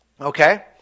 Okay